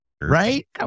Right